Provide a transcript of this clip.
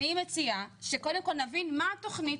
אני מציעה שקודם כל נבין מה התוכנית